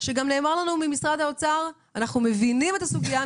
שגם נאמר לנו ממשרד האוצר: אנחנו מבינים את הסוגיה,